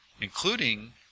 including